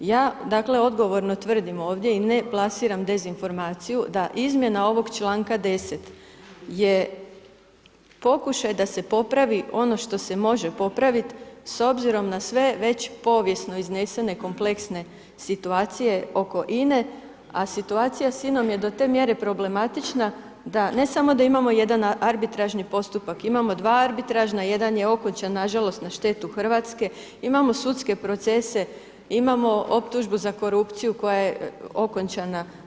Ja dakle odgovorno tvrdim ovdje i ne plasiram dezinformaciju da izmjena ovog članka 10. je pokušaj da se popravi ono što se može popraviti s obzirom na sve već povijesno iznesene kompleksne situacije oko INA-e a situacija s INA-om je do te mjere problematična da ne samo da imamo jedan arbitražni postupak, imamo dva arbitražna, jedan je okončan nažalost na štetu Hrvatske, imamo sudske procese, imamo optužbu za korupciju koja je okončana.